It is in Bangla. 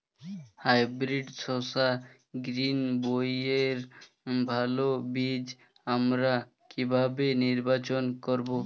হাইব্রিড শসা গ্রীনবইয়ের ভালো বীজ আমরা কিভাবে নির্বাচন করব?